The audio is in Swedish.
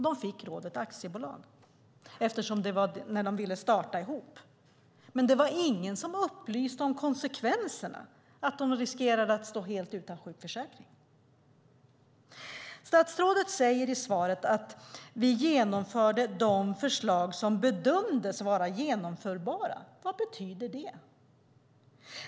De fick rådet aktiebolag eftersom de ville starta ihop, men det var ingen som upplyste om konsekvenserna - att de riskerade att stå helt utan sjukförsäkring. Statsrådet säger i svaret: Vi genomförde de förslag som bedömdes vara genomförbara. Vad betyder det?